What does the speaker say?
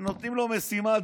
ונותנים לו משימה,